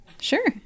Sure